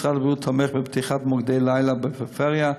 משרד הבריאות תומך בפתיחת מוקדי לילה בפריפריה.